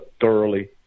thoroughly